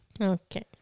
Okay